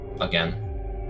again